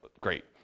great